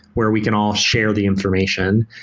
where we can all share the information,